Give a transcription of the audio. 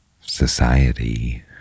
society